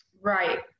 Right